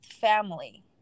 family